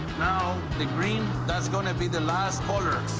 now the green, that's gonna be the last color.